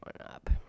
up